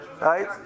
Right